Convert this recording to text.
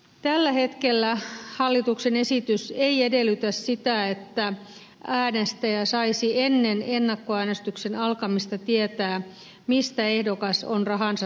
tällä hetkellä hallituksen esitys ei edellytä sitä että äänestäjä saisi ennen ennakkoäänestyksen alkamista tietää mistä ehdokas on rahansa saanut